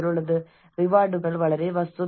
കൂടാതെ നമുക്ക് hindrance stressors ഉണ്ട്